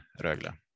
Rögle